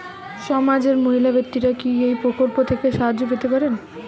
সমাজের মহিলা ব্যাক্তিরা কি এই প্রকল্প থেকে সাহায্য পেতে পারেন?